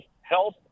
health